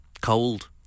cold